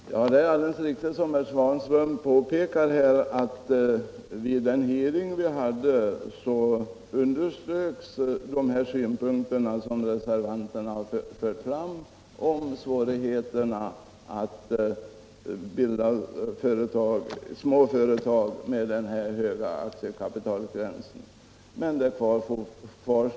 Herr talman! Det är alldeles riktigt, som herr Svanström påpekar, att vid den hearing som utskottet hade underströks de synpunkter som reservanterna har fört fram om svårigheterna att med den här höga aktiekapitalsgränsen bilda små företag.